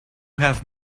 have